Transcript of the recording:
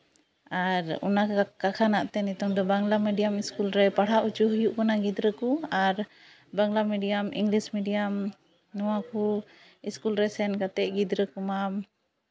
ᱟᱨ ᱚᱱᱟ ᱠᱚ ᱠᱚᱠᱷᱟᱱᱟᱜ ᱛᱮ ᱱᱤᱛᱚᱝ ᱫᱚ ᱵᱟᱝᱞᱟ ᱢᱤᱰᱤᱭᱟᱢ ᱤᱥᱠᱩᱞ ᱨᱮ ᱯᱟᱲᱦᱟᱣ ᱦᱚᱪᱚ ᱡᱩᱭᱩᱜ ᱠᱟᱱᱟ ᱜᱤᱫᱽᱨᱟᱹ ᱠᱚ ᱟᱨ ᱵᱟᱝᱞᱟ ᱢᱤᱰᱤᱭᱟᱢ ᱤᱝᱞᱤᱥ ᱢᱤᱰᱤᱭᱟᱢ ᱱᱚᱣᱟ ᱠᱚ ᱤᱥᱠᱩᱞ ᱨᱮ ᱥᱮᱱ ᱠᱟᱛᱮᱫ ᱜᱤᱫᱽᱨᱟᱹ ᱠᱚᱢᱟ